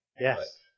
Yes